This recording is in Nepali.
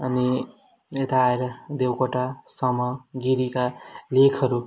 अनि यता आएर देवकोटा सम गिरीका लेखहरू